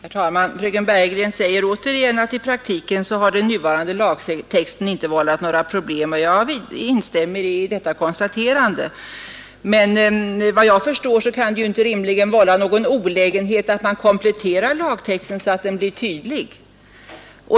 Herr talman! Fröken Bergegren säger återigen att den nuvarande lagtexten i praktiken inte har vållat några problem, och det instämmer jag i. Men efter vad jag förstår kan det rimligen inte vålla någon olägenhet att vi kompletterar lagtexten så att den blir tydlig.